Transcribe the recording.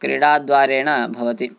क्रीडाद्वारेण भवति